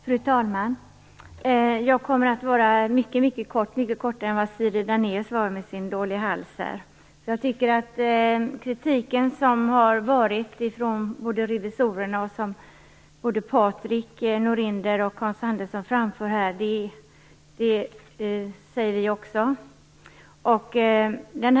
Fru talman! Jag kommer att fatta mig mycket kort, kortare än Siri Dannaeus med sin dåliga hals. Den kritik som framförts av revisorerna, Patrik Norinder och Hans Andersson riktar vi också.